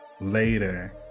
later